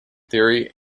theory